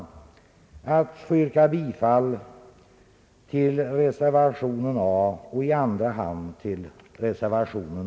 Jag ber att få yrka bifall till reservationen.